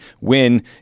win